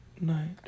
night